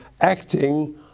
acting